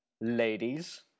Ladies